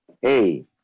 Hey